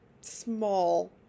small